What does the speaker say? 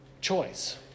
choice